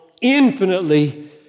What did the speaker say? infinitely